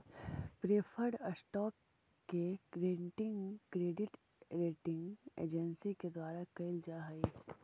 preferred stock के rating credit rating agency के द्वारा कैल जा हइ